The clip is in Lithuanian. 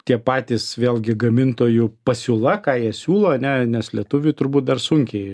tie patys vėlgi gamintojų pasiūla ką jie siūlo ane nes lietuviui turbūt dar sunkiai